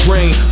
Rain